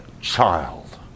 child